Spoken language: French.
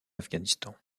afghanistan